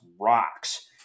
rocks